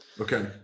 Okay